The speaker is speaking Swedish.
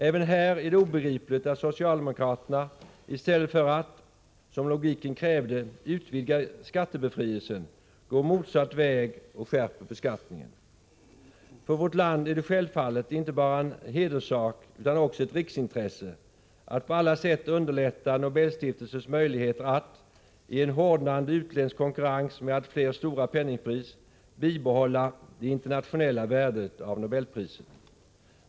Även här är det obegripligt att socialdemokraterna i stället för att, som logiken krävde, utvidga skattebefrielsen går motsatt väg och skärper beskattningen. För vårt land är det självfallet inte bara en hederssak utan också ett riksintresse att på alla sätt underlätta Nobelstiftelsens möjligheter att, i en hårdnande utländsk konkurrens med allt fler stora penningpris, bibehålla det internationella värdet av nobelpriset.